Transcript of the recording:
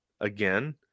again